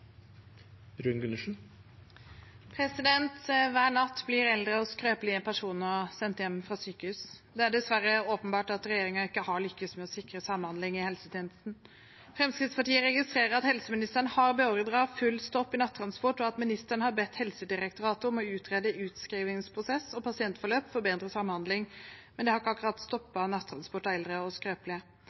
dessverre åpenbart at regjeringen ikke har lyktes med å sikre samhandling i helsetjenesten. Fremskrittspartiet registrerer at helseministeren har beordret full stopp i nattransport, og at ministeren har bedt Helsedirektoratet om å utrede utskrivningsprosess og pasientforløp for bedre samhandling, men det har ikke akkurat stoppet nattransport av eldre og